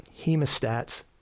hemostats